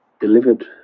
delivered